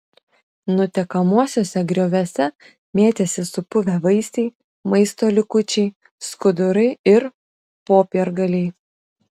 nutekamuosiuose grioviuose mėtėsi supuvę vaisiai maisto likučiai skudurai ir popiergaliai